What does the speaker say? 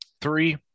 Three